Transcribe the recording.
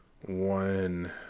one